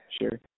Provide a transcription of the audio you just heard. sure